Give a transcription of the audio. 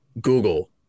Google